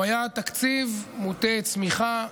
הוא היה תקציב מוטה צמיחה,